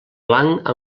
blanc